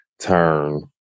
turn